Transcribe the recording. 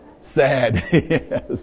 Sad